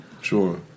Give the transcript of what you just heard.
Sure